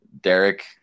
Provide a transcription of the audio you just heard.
derek